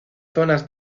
zonas